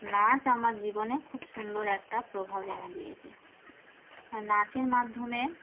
নাচ আমার জীবনে খুব সুন্দর একটা প্রভাব এনে দিয়েছে আর নাচের মাধ্যমে